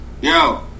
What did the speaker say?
Yo